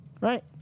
Right